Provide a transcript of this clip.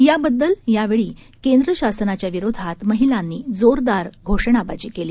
त्याबद्दल यावेळी केंद्र शासनाच्याविरोधात महिलांनी जोरदार घोषणाबाजी केली